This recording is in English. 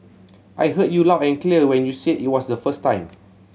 I heard you loud and clear when you said it were the first time